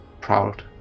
Proud